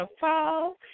fall